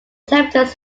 temperatures